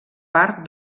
part